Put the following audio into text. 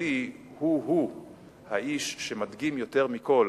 שמבחינתי הוא הוא האיש שמדגים יותר מכול